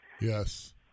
Yes